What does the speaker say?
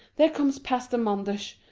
there comes pastor manders.